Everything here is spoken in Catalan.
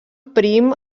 prim